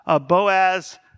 Boaz